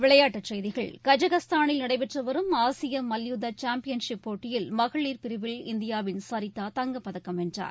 விளையாட்டுச் செய்திகள் கஜகஸ்தானில் நடைபெற்று வரும் ஆசிய மல்யுத்த காம்பியன்சிப் போட்டியில் மகளிர் பிரிபில் இந்தியாவின் சரிதா தங்கப் பதக்கம் வென்றார்